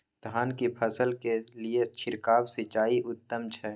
धान की फसल के लिये छिरकाव सिंचाई उत्तम छै?